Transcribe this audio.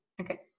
Okay